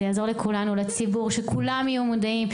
זה יעזור לכולנו, לציבור, שכולם יהיו מודעים.